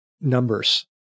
numbers